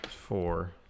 Four